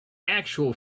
actual